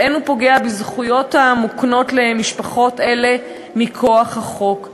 ואין הוא פוגע בזכויות המוקנות למשפחות אלה מכוח החוק.